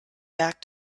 back